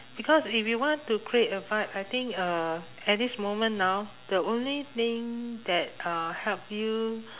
because if you want to create a vibe I think uh at this moment now the only thing that uh help you